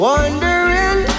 Wondering